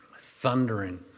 Thundering